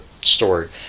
stored